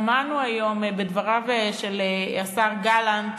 שמענו היום בדבריו של השר גלנט